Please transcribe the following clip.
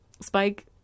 Spike